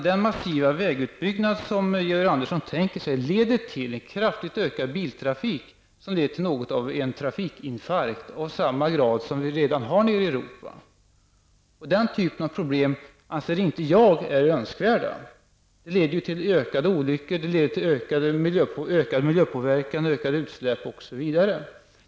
Den massiva vägutbyggnad som Georg Andersson tänker sig leder, menar jag, till en kraftigt ökad biltrafik, som orsakar något av en trafikinfarkt -- av samma grad som vi redan har nere i Europa. Den typen av problem anser inte jag är önskvärd. Det leder till fler olyckor, det leder till ökad miljöpåverkan, det leder till ökade utsläpp, osv.